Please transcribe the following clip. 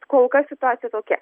kol kas situacija tokia